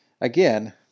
again